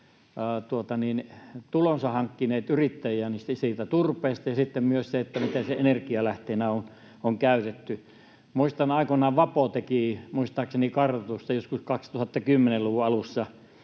tulonsa hankkineet yrittäjinä siitä turpeesta, ja sitten myös sen, miten sitä energialähteenä on käytetty. Muistan, että kun aikoinaan Vapo teki kartoitusta, muistaakseni joskus 2010-luvun alussa,